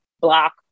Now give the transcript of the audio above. block